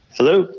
Hello